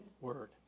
word